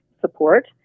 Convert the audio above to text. support